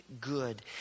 good